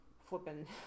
flipping